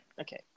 Okay